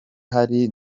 hari